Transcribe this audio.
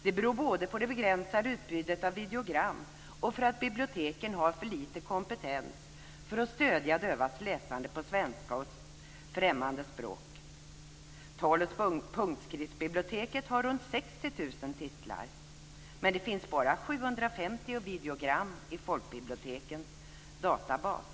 Det beror både på det begränsade utbudet av videogram och på att biblioteken har för lite kompetens för att stödja dövas läsande på svenska och främmande språk. titlar, men det finns bara 750 videogram i folkbibliotekens databas.